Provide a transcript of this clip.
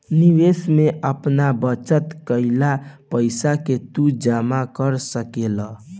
निवेश में आपन बचत कईल पईसा के तू जमा कर सकेला